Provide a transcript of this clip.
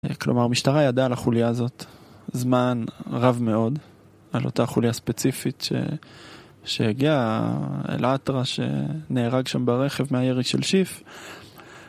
כלומר, משטרה ידעה על החוליה הזאת זמן רב מאוד, על אותה חוליה ספציפית שהגיעה אל אטרש שנהרג שם ברכב מהירי של שיף...